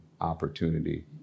opportunity